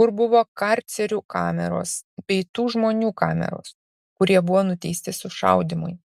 kur buvo karcerių kameros bei tų žmonių kameros kurie buvo nuteisti sušaudymui